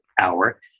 hour